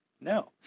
No